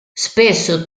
spesso